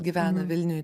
gyvena vilniuj